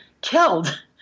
killed